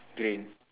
grey